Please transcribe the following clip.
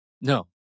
No